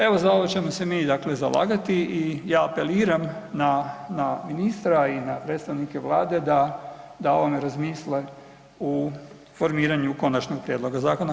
Evo, za ovo ćemo se mi dakle zalagati i ja apeliram na ministra i na predstavnike Vlade da o ovome razmisle u formiranju konačnog prijedloga zakona.